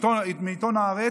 מעיתון הארץ,